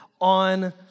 on